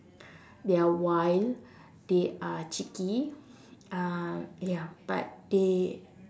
they are wild they are cheeky um ya but they